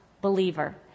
believer